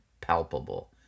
palpable